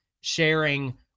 sharing